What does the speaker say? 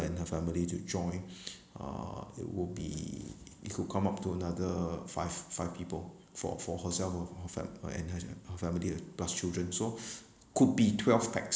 and her family to join uh it would be it could come up to another five five people for for herself were her fa~ and her her family plus children so could be twelve pax